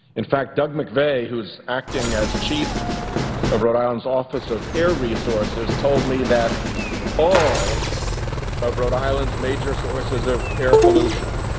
in fact, doug mcveigh who is acting as chief of rhode island's office of air resources told me that all of rhode island's major sources of air pollution,